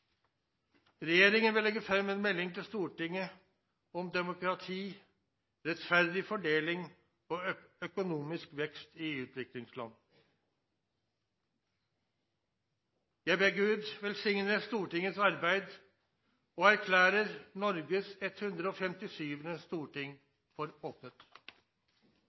Regjeringen vil legge fram melding til Stortinget om demokrati, rettferdig fordeling og økonomisk vekst i utviklingsland. Jeg ber Gud velsigne Stortingets arbeid, og erklærer Norges 157. storting for åpnet.